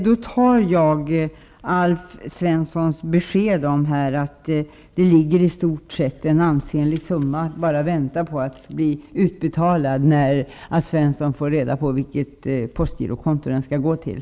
Jag noterar Alf Svenssons besked att det ligger en ansenlig summa pengar och väntar på att bli utbetalade, när Alf Svensson får reda på vilket postgiro konto som pengarna skall gå till.